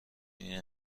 این